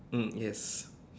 mm yes